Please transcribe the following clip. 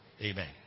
Amen